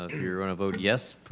ah you're gonna vote yes, but